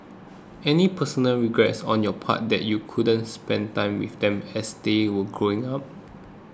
any personal regrets on your part that you couldn't spend time with them as they were growing up